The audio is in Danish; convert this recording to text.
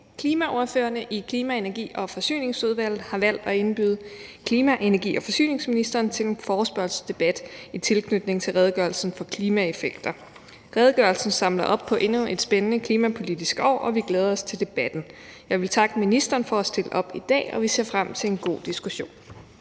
Klimaordførerne i Klima-, Energi- og Forsyningsudvalget har valgt at indbyde klima-, energi- og forsyningsministeren til en forespørgselsdebat i tilknytning til redegørelsen om klimaeffekter. Redegørelsen samler op på endnu et spændende klimapolitisk år, og vi glæder os til debatten. Jeg vil takke ministeren for at stille op i dag, og vi ser frem til en god diskussion.